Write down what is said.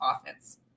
offense